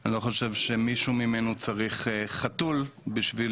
שאני לא חושב שמישהו מאיתנו צריך חתול בשביל